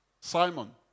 Simon